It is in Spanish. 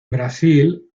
brasil